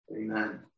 Amen